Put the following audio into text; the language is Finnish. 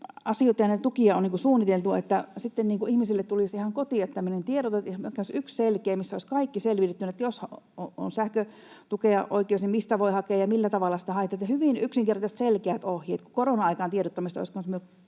asioita ja tukia on suunniteltu, että sitten ihmisille tulisi ihan kotiin tämmöinen tiedote, että olisi yksi selkeä, missä olisi kaikki selvitettynä, että jos on sähkötukeen oikeus, niin mistä voi hakea ja millä tavalla sitä haetaan, hyvin yksinkertaiset ja selkeät ohjeet? Myös korona-aikaan tiedottamista olisi